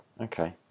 okay